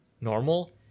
normal